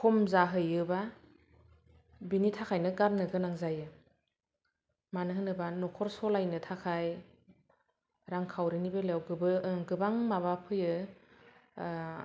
खम जाहैयोबा बेनि थाखायनो गारनो गोनां जायो मानो होनोबा न'खर सालायनो थाखाय रांखाउरिनि बेलायाव गोबां माबा फैयो